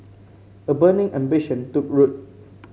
a burning ambition took root